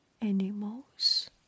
animals